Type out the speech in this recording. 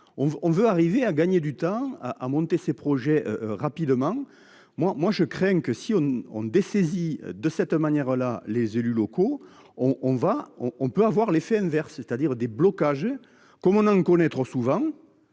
on veut arriver à gagner du temps à à monter ces projets rapidement. Moi moi je crains que si on ne on dessaisi de cette manière-là. Les élus locaux. On on va, on, on peut avoir l'effet inverse, c'est-à-dire des blocages comme on en connaît trop souvent.